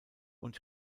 und